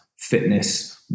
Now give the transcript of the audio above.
fitness